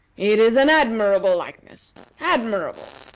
it is an admirable likeness admirable!